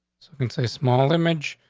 it's a small image.